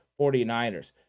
49ers